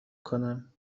کنم